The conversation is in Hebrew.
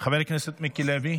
בחברה הערבית,